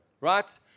Right